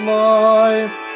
life